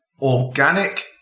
Organic